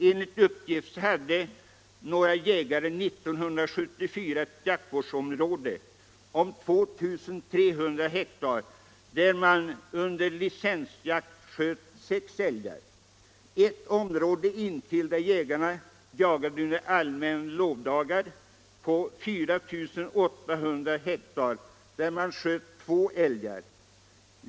Enligt uppgift hade några jägare 1974 ett jaktvårdsområde på 2300 hektar. På licensjakt sköts där sex älgar. I ett område intill på 4 800 hektar, där jägarna jagade under de allmänna lovdagarna, sköts två älgar.